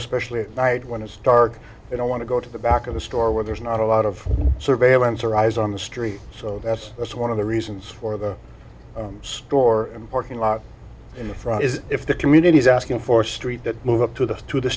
especially at night when it's dark they don't want to go to the back of the store where there's not a lot of surveillance or eyes on the street so that's that's one of the reasons for the store and parking lot in the front is if the community is asking for street that move up to the to the